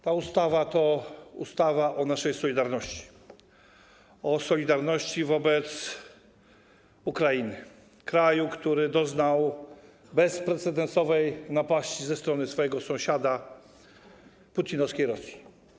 Ta ustawa jest ustawą o naszej solidarności, o solidarności wobec Ukrainy, kraju, który doznał bezprecedensowej napaści ze strony swojego sąsiada - putinowskiej Rosji.